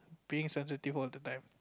being sensitive all the time